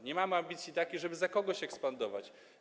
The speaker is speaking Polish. Nie mamy ambicji, żeby za kogoś ekspandować.